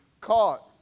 Caught